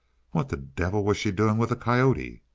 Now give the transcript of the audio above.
what the devil was she doing with a coyote?